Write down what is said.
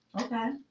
Okay